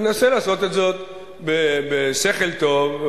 ננסה לעשות את זאת בשכל טוב,